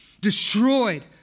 destroyed